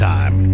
Time